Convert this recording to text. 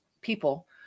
people